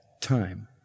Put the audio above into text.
time